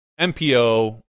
MPO